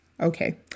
Okay